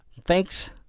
Thanks